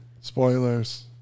Spoilers